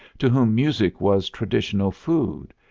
to whom music was traditional food,